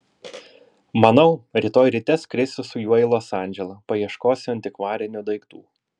manau rytoj ryte skrisiu su juo į los andželą paieškosiu antikvarinių daiktų